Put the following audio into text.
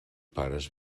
pares